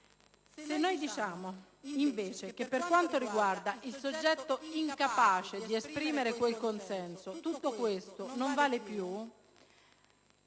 Se diciamo, invece, che per quanto riguarda il soggetto incapace di esprimere quel consenso tutto questo non vale più,